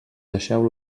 deixeu